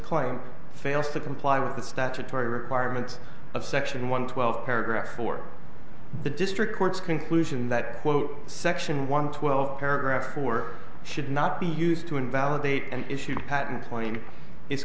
client fails to comply with the statutory requirements of section one twelve paragraph four the district court's conclusion that quote section one twelve paragraph four should not be used to invalidate and issue patent